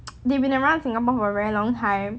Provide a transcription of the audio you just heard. they've been around singapore for a very long time